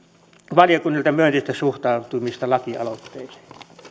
valiokunnalta myönteistä suhtautumista lakialoitteeseen